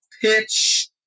pitch